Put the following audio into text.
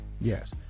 Yes